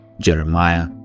Jeremiah